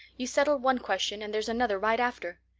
you settle one question and there's another right after.